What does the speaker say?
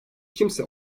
kimse